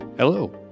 Hello